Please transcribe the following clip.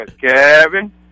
Kevin